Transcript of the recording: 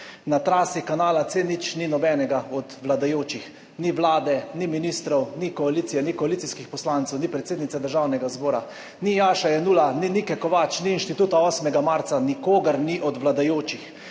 Na trasi kanala C0 ni nobenega od vladajočih. Ni vlade, ni ministrov, ni koalicije, ni koalicijskih poslancev, ni predsednice Državnega zbora, ni Jaše Jenulla, ni Nike Kovač, ni Inštituta 8. marca. Nikogar ni od vladajočih.